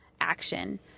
action